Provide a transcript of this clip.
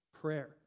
prayer